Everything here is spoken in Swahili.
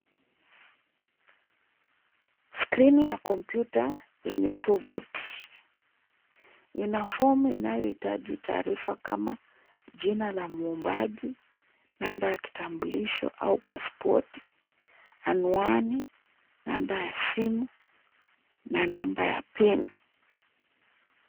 Skrini ya kompyuta yenye tovuti, ina fomu inayohitaji taarifa kama; jina la muombaji, namba ya kitambulisho au pasipoti, anwani, namba ya simu na namba ya pin .